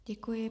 Děkuji.